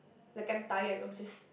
like I'm tired of just